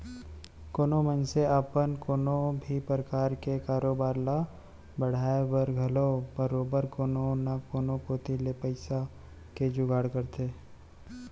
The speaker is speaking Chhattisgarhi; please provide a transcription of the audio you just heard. कोनो मनसे अपन कोनो भी परकार के कारोबार ल बढ़ाय बर घलौ बरोबर कोनो न कोनो कोती ले पइसा के जुगाड़ करथे